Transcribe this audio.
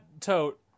Tote